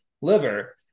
liver